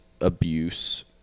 abuse